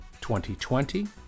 2020